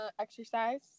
Exercise